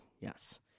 Yes